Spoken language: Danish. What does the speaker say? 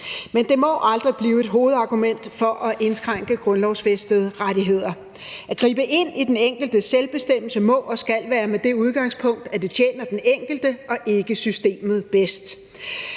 Men det må aldrig blive et hovedargument for at indskrænke grundlovsfæstede rettigheder. At gribe ind i den enkeltes selvbestemmelse må og skal være med det udgangspunkt, at det tjener den enkelte og ikke systemet bedst.